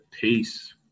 Peace